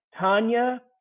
Tanya